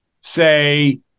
say